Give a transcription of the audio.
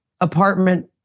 apartment